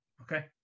Okay